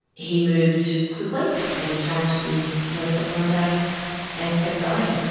he moved quickly and he changed his modus operandi and kept going.